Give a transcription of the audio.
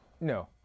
No